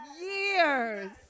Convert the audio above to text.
years